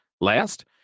Last